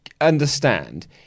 understand